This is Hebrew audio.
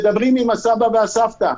מדברים עם הסבא והסבתא.